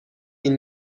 این